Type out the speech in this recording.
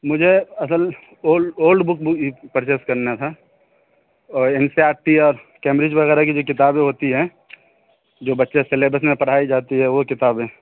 مجھے اصل old book purchase کرنا تھا اور این سی آر ٹی اور کیمبرج وغیرہ کی جو کتابیں ہوتی ہیں جو بچے سلیبس میں پڑھائی جاتی ہے وہ کتابیں